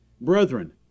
Brethren